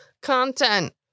content